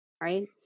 right